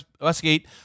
Westgate